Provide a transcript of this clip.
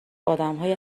آدمهای